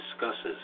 discusses